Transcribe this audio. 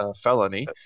felony